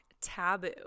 Taboo